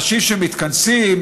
אנשים שמתכנסים,